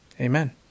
Amen